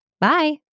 Bye